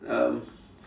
um